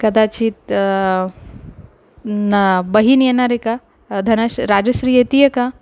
कदाचित बहीण येणार आहे का धनाश राजश्री येते आहे का